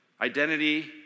identity